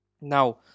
now